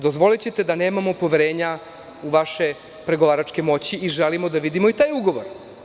Dozvolićete da nemamo poverenja u vaše pregovaračke moći i želimo da vidimo taj ugovor.